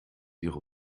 ihre